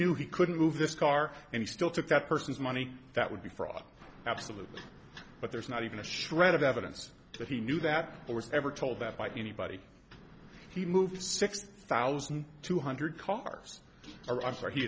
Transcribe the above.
knew he couldn't move this car and he still took that person's money that would be fraud absolutely but there's not even a shred of evidence that he knew that it was ever told that by anybody he moved six thousand two hundred cars or